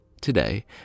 Today